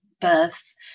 birth